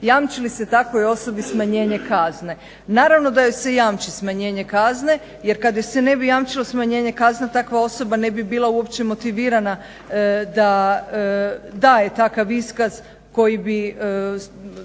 jamči li se takvoj osobi smanjenje kazne. Naravno da joj se jamči smanjenje kazne, jer kad joj se ne bi jamčilo smanjenje kazne takva osoba ne bi bila uopće motivirana da daje takav iskaz koji bi